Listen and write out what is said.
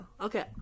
Okay